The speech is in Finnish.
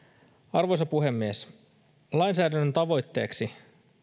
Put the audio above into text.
arvoisa puhemies lainsäädännön tavoitteeksi